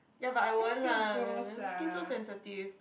ya but I won't lah skin so sensitive